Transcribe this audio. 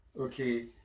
Okay